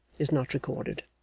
is not recorded.